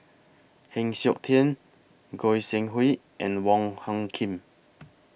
Heng Siok Tian Goi Seng Hui and Wong Hung Khim